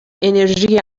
انرژی